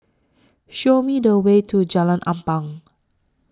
Show Me The Way to Jalan Ampang